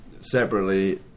separately